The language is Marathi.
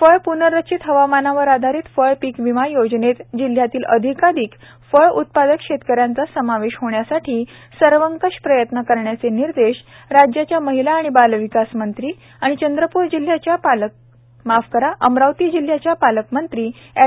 फळ पूनर्रचित हवामानावर आधारित फळपीक विमा योजनेत जिल्ह्यातील अधिकाधिक फळ उत्पादक शेतक यांचा समावेश होण्यासाठी सर्वंकष प्रयत्न करण्याचे निर्देश राज्याच्या महिला आणि बालविकास मंत्री तथा पालकमंत्री अँड